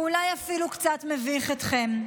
ואולי אפילו קצת מביך אתכם,